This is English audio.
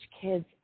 kids